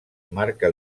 marca